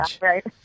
right